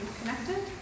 connected